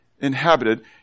inhabited